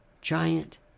giant